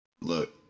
Look